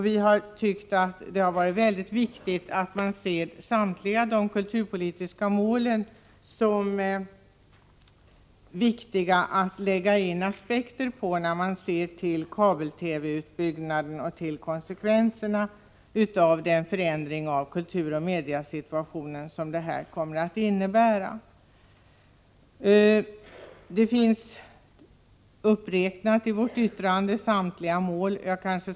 Vi har tyckt att det har varit mycket viktigt att man ser till samtliga de kulturpolitiska målen när man tar upp kabel-TV utbyggnaden och konsekvenserna av den förändring av kulturoch mediesituationen som detta kommer att innebära. I vårt yttrande finns samtliga mål uppräknade.